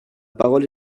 parole